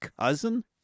cousin